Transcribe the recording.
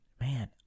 man